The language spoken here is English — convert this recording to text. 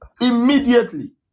immediately